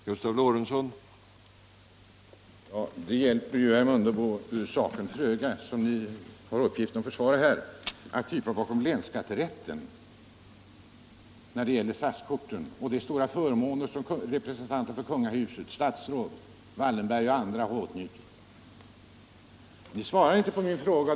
Herr talman! Att krypa bakom länsskatterätten hjälper föga den sak som herr Mundebo har till uppgift att försvara här, nämligen frågan om SAS korten och de stora förmåner som representanter för kungahuset, statsråd, Wallenberg och andra åtnjuter. Herr Mundebo svarade inte på min fråga.